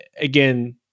again